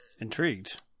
intrigued